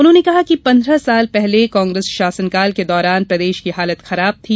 उन्होंने कहा कि पन्द्रह साल पहले कांग्रेस शासनकाल के दौरान प्रदेश की हालत खराब थी